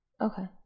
Okay